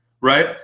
right